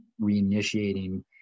reinitiating